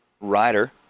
rider